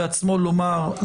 בעצמו לומר,